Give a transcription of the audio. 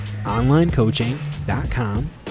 onlinecoaching.com